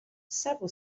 several